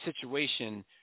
situation